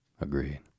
Agreed